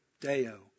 Deo